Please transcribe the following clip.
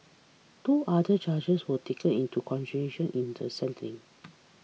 two other charges were taken into consideration in the sentencing